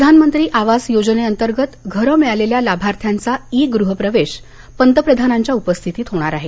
प्रधानमंत्री आवास योजने अंतर्गत घरं मिळालेल्या लाभार्थ्यांचा ई गृह प्रवेश पंतप्रधानांच्या उपस्थितीत होईल